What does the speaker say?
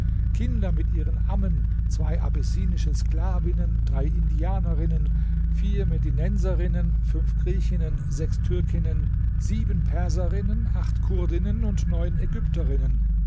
kinder mit ihren ammen zwei abessinische sklavinnen drei indianerinnen vier medinenserinnen fünf griechinnen sechs türkinnen sieben perserinnen acht kurdinnen und neun ägypterinnen